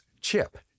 chip